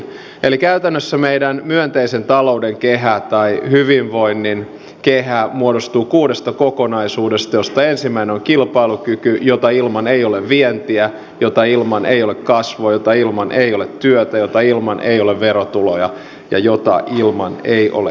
eli käytännössä meidän myönteisen talouden kehä tai hyvinvoinnin kehä muodostuu kuudesta kokonaisuudesta joista ensimmäinen on kilpailukyky jota ilman ei ole vientiä jota ilman ei ole kasvua jota ilman ei ole työtä jota ilman ei ole verotuloja ja jota ilman ei ole hyvinvointia